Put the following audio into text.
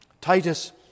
Titus